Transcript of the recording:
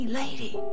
lady